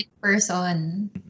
person